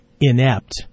inept